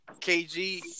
KG